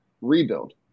rebuild